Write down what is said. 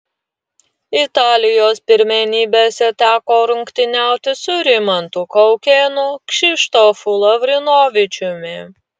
italijos pirmenybėse teko rungtyniauti su rimantu kaukėnu kšištofu lavrinovičiumi